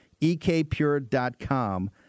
Ekpure.com